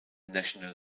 national